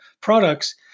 products